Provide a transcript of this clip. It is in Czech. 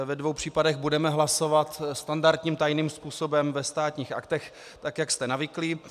Ve dvou případech budeme hlasovat standardním tajným způsobem ve Státních aktech, jak jste navyklí.